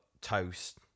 Toast